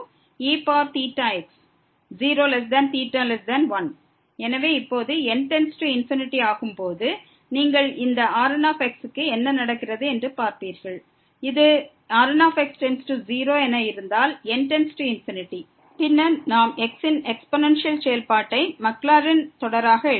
eθx0θ1 எனவே இப்போது n→∞ ஆகும் போது நீங்கள் இந்த Rn க்கு என்ன நடக்கிறது என்று பார்ப்பீர்கள் இது Rnx→0 என இருந்தால் n→∞ பின்னர் நாம் x ன் எக்ஸ்பொனன்சியல் செயல்பாட்டை மாக்லவுரின் தொடராக எழுதலாம்